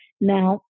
Now